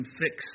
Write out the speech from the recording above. fix